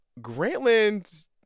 Grantland